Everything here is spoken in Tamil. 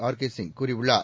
ஆர் கேசிங் கூறியுள்ளார்